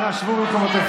אנא שבו במקומותיכם.